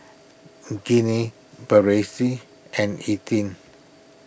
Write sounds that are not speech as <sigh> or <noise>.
Ginny Berenice and <unintelligible>